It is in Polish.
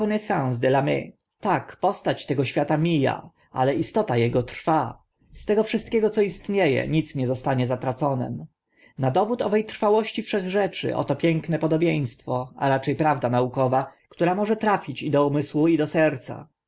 de lme tak postać tego świata mija ale istota ego trwa z tego wszystkiego co istnie e nic nie zostanie zatraconym na dowód owe trwałości wszechrzeczy oto piękne podobieństwo a racze prawda naukowa która może trafić i do umysłu i do serca